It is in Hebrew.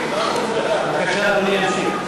בבקשה, אדוני ימשיך.